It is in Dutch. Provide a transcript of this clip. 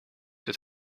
het